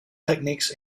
techniques